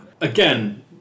Again